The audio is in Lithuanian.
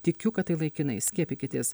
tikiu kad tai laikinai skiepykitės